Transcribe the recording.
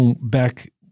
back